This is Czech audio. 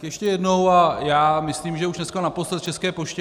Ještě jednou a myslím, že už dneska naposled, k České poště.